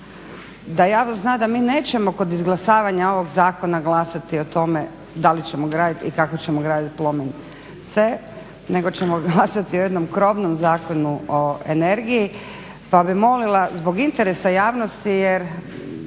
da javnost zna da mi nećemo kod izglasavanja ovog zakona glasati o tome da li ćemo graditi i kako ćemo gradit Plomin C nego ćemo glasati o jednom krovnom zakonu o energiji. Pa bih molila zbog interesa javnosti jer,